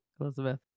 Elizabeth